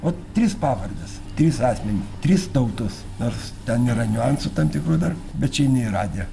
ot trys pavardes trys asmenys trys tautos nors ten yra niuansų tam tikrų dar bet čia ne į radiją